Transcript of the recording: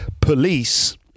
police